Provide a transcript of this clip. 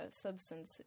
substance